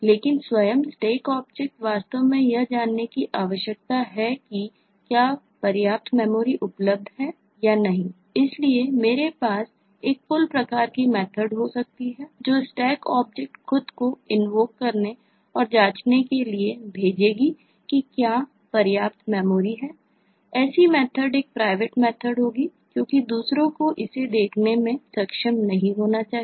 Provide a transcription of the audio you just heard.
लेकिन स्वयं Stack object वास्तव में यह जानने की आवश्यकता है कि क्या पर्याप्त मेमोरी उपलब्ध है या नहीं इसलिए मेरे पास एक Full प्रकार की मेथर्ड होगी क्योंकि दूसरों को इसे देखने में सक्षम नहीं होना चाहिए